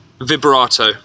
vibrato